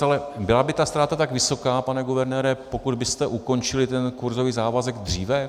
Ale byla by ta ztráta tak vysoká, pane guvernére, pokud byste ukončili ten kurzový závazek dříve?